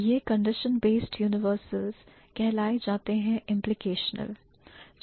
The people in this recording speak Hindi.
यह condition based universals कैलाश जाते हैं implicational